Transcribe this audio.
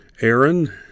Aaron